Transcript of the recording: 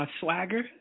swagger